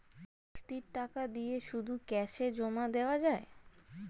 কিস্তির টাকা দিয়ে শুধু ক্যাসে জমা দেওয়া যায়?